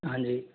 हांजी